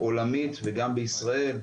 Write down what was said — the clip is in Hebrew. יוכל לחזור בו.